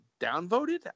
downvoted